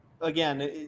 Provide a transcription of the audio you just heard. again